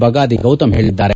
ಬಗಾದಿ ಗೌತಮ್ ಹೇಳಿದ್ದಾರೆ